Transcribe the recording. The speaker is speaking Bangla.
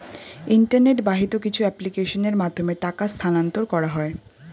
ইন্টারনেট বাহিত কিছু অ্যাপ্লিকেশনের মাধ্যমে টাকা স্থানান্তর করা হয়